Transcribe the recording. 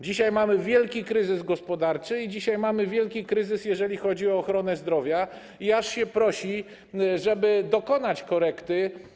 Dzisiaj mamy wielki kryzys gospodarczy i dzisiaj mamy wielki kryzys, jeżeli chodzi o ochronę zdrowia, i aż się prosi, żeby dokonać korekty.